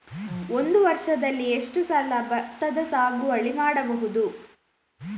ಒಂದು ವರ್ಷದಲ್ಲಿ ಎಷ್ಟು ಸಲ ಭತ್ತದ ಸಾಗುವಳಿ ಮಾಡಬಹುದು?